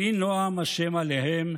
ויהי נועם השם עליהם.